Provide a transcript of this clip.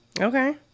Okay